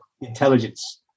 intelligence